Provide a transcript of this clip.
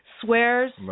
swears